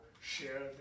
share